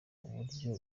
buryo